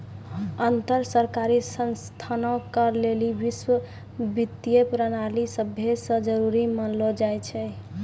अन्तर सरकारी संस्थानो के लेली वैश्विक वित्तीय प्रणाली सभै से जरुरी मानलो जाय छै